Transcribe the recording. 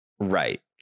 Right